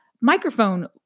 microphone